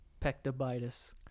Pectobitis